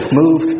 move